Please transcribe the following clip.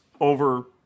over